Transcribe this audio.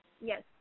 Yes